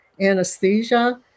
anesthesia